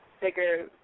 bigger